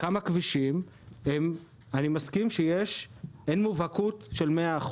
אני מסכים שאין מובהקות של 100%,